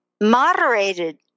moderated